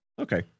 Okay